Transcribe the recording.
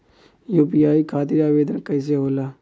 UPI खातिर आवेदन कैसे होला?